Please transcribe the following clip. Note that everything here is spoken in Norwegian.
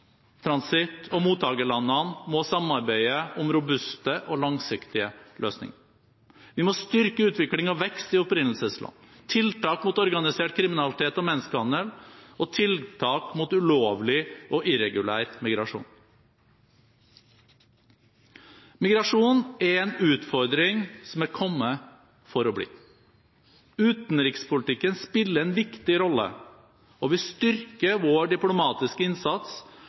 transitt-, og mottakerlandene må samarbeide om robuste og langsiktige løsninger. Vi må styrke utvikling og vekst i opprinnelsesland, tiltak mot organisert kriminalitet og menneskehandel og tiltak mot ulovlig og irregulær migrasjon. Migrasjon er en utfordring som er kommet for å bli. Utenrikspolitikken spiller en viktig rolle, og vi styrker vår diplomatiske innsats